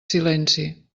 silenci